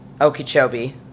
Okeechobee